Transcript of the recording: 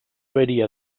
varia